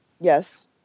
Yes